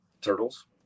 turtles